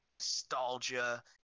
nostalgia